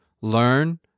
learn